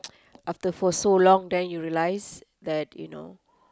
after for so long then you realise that you know